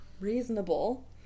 reasonable